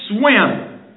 swim